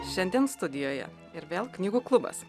šiandien studijoje ir vėl knygų klubas